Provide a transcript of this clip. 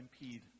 impede